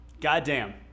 Goddamn